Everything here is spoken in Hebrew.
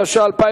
התש"ע 2010,